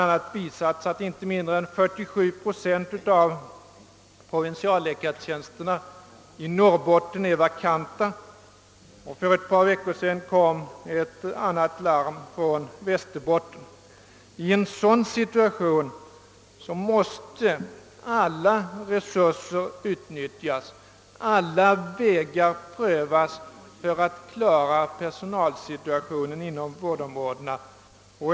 framhållits att inte mindre än 47 procent av provinsialläkartjänsterna i Norrbotten är vakanta, och för ett par veckor sedan kom ett annat larm från Västerbotten. I en sådan situation måste alla resurser utnyttjas, alla vägar prövas för att klara personalproblemen inom vårdområdena.